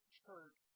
church